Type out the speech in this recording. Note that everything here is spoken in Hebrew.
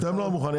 אתם לא מוכנים.